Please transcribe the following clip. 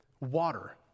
water